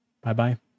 Bye-bye